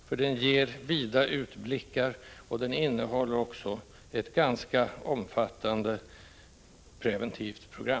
Boken ger vida utblickar och innehåller också ett ganska omfattande preventivt program.